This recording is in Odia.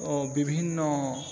ଓ ବିଭିନ୍ନ